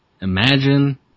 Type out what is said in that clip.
Imagine